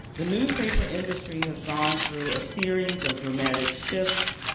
the newspaper industry has gone through a series of dramatic shifts,